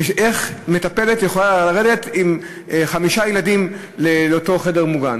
איך מטפלת יכולה לרדת עם חמישה ילדים לאותו חדר מוגן?